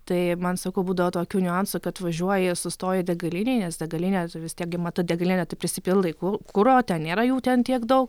tai man sakau būdavo tokių niuansų kad važiuoji sustoji degalinėj nes degalinė vis tiek gi mato degalinę tai prisipildai ku kuro ten nėra jų ten tiek dau